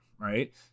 right